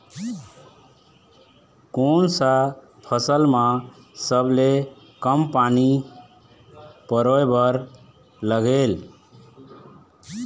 कोन सा फसल मा सबले कम पानी परोए बर लगेल?